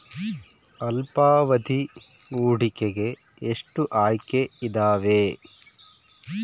ಅಲ್ಪಾವಧಿ ಹೂಡಿಕೆಗೆ ಎಷ್ಟು ಆಯ್ಕೆ ಇದಾವೇ?